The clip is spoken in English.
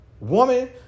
Woman